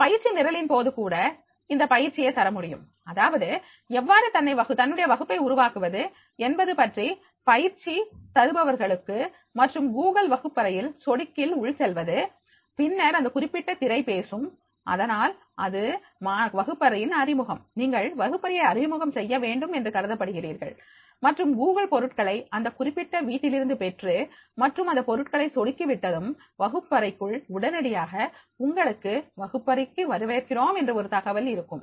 இந்த பயிற்சி நிரலின் போது கூட இந்த பயிற்சியை தர முடியும் அதாவது எவ்வாறு தன்னுடைய வகுப்பை உருவாக்குவது என்பது பற்றி பயிற்சி தருபவர்களுக்கு மற்றும் கூகுள்Google வகுப்பறையில் சொடுக்கில் உள் செல்வது பின்னர் இந்த குறிப்பிட்ட திரை பேசும் அதனால் இது வகுப்பறையின் அறிமுகம் நீங்கள் வகுப்பறையை அறிமுகம் செய்ய வேண்டும் என்று கருதப்படுகிறீர்கள் மற்றும் கூகுள் பொருட்களை இந்த குறிப்பிட்ட வீட்டிலிருந்து பெற்று மற்றும் அந்தப் பொருட்களை சொடுக்கி விட்டதும் வகுப்பறைக்குள்உடனடியாக உங்களுக்கு வகுப்பறைக்கு வரவேற்கிறோம் என்று ஒரு தகவல் இருக்கும்